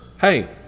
Hey